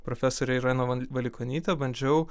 profesorę ireną valikonytę bandžiau